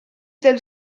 del